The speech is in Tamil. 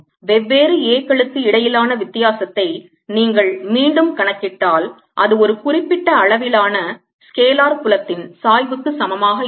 வெவ்வேறு A க்களுக்கு இடையிலான வித்தியாசத்தை நீங்கள் மீண்டும் கணக்கிட்டால் அது ஒரு குறிப்பிட்ட அளவிலான ஸ்கேலார் புலத்தின் சாய்வுக்கு சமமாக இருக்கும்